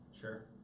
Sure